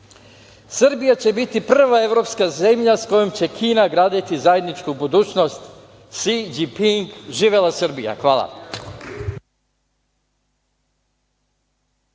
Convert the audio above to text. Srbija će biti prva evropska zemlja s kojom će Kina graditi zajedničku budućnost, Si Điping. Živela Srbija! Hvala.